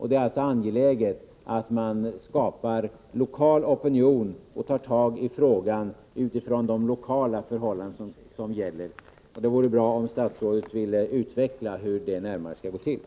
Det är alltså angeläget att skapa lokal opinion och ta tag i frågan utifrån de lokala förhållanden som råder. Det vore bra om statsrådet ville utveckla närmare hur det skall gå till.